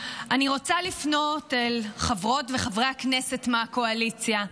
אני רוצה לפנות אל חברות וחברי הכנסת מהקואליציה,